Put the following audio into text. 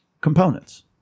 components